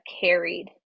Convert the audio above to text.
carried